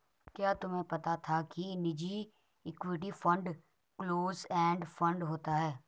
क्या तुम्हें पता था कि निजी equity fund close end fund होते हैं?